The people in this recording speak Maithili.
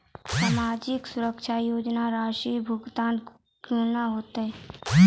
समाजिक सुरक्षा योजना राशिक भुगतान कूना हेतै?